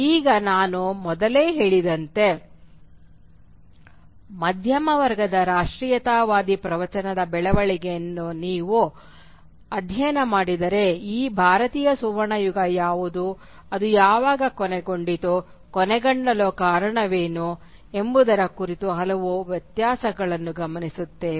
ಈಗ ನಾನು ಮೊದಲೇ ಹೇಳಿದಂತೆ ಮಧ್ಯಮ ವರ್ಗದ ರಾಷ್ಟ್ರೀಯತಾವಾದಿ ಪ್ರವಚನದ ಬೆಳವಣಿಗೆಯನ್ನು ನೀವು ಅಧ್ಯಯನ ಮಾಡಿದರೆ ಈ ಭಾರತೀಯ ಸುವರ್ಣಯುಗ ಯಾವುದು ಅದು ಯಾವಾಗ ಕೊನೆಗೊಂಡಿತು ಕೊನೆಗೊಳ್ಳಲು ಕಾರಣಗಳು ಯಾವುವು ಎಂಬುದರ ಕುರಿತು ನಾವು ಹಲವಾರು ವ್ಯತ್ಯಾಸಗಳನ್ನು ಗಮನಿಸುತ್ತೇವೆ